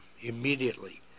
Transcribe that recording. immediately